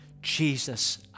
Jesus